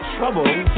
Trouble